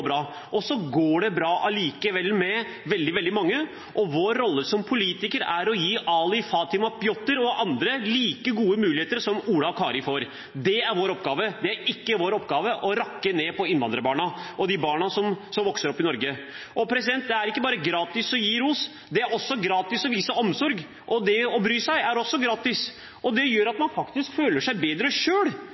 bra. Og så går det bra allikevel med veldig, veldig mange, og vår rolle som politikere er å gi Ali, Fatima, Pjotr og andre like gode muligheter som Ola og Kari får. Det er vår oppgave. Det er ikke vår oppgave å rakke ned på innvandrerbarna og de barna som vokser opp i Norge. Det er ikke bare gratis å gi ros. Det er også gratis å vise omsorg, og det å bry seg er også gratis, og det gjør at man faktisk føler seg bedre